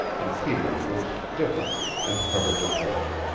and peter's was different and covered with hair.